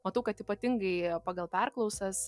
matau kad ypatingai pagal perklausas